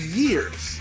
years